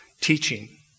teaching